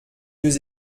deux